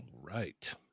right